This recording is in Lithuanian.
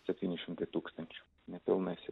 septyni šimtai tūkstančių nepilnai